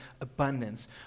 abundance